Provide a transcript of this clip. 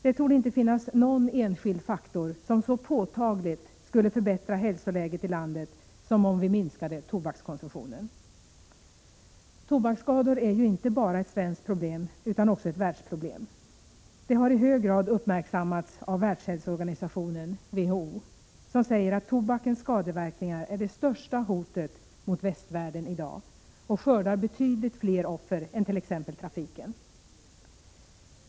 Det torde inte finnas någon enskild faktor som så påtagligt skulle förbättra hälsoläget i landet som en minskning av tobakskonsumtionen. Tobaksskador är inte bara ett svenskt problem utan också ett världsproblem. Detta har i hög grad uppmärksammats av Världshälsoorganisationen, WHO, som säger att tobakens skadeverkningar är det största hotet mot västvärlden i dag och skördar betydligt fler offer än t.ex. trafiken.